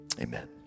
Amen